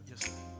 Yes